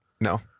no